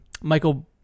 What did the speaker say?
Michael